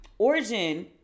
origin